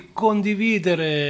condividere